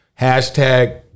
Hashtag